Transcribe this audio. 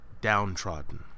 downtrodden